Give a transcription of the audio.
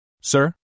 Sir